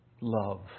love